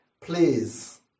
Please